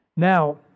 Now